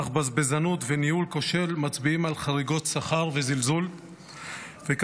אך בזבזנות וניהול כושל מצביעים על חריגות שכר וזלזול וקברניטי